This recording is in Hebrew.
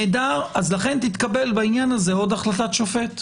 לכן תתקבל בעניין הזה עוד החלטת שופט,